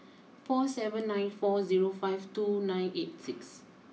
four seven nine four zero five two nine eight six